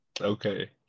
Okay